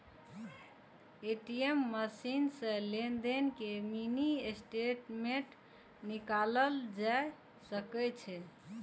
ATM machine सं लेनदेन के मिनी स्टेटमेंट निकालल जा सकै छै